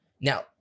Now